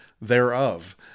thereof